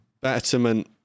betterment